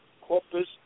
Corpus